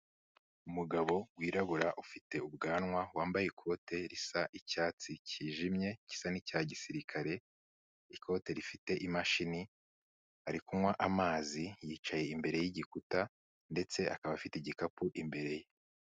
Umugabo wirabura ufite ubwanwa wambaye ikote risa icyatsi cyijimye gisa n'icya gisirikare, ikote rifite imashini, ari kunywa amazi yicaye imbere y'igikuta ndetse akaba afite igikapu imbere ye.